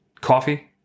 coffee